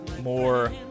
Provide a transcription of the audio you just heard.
more